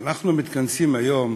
אנחנו מתכנסים היום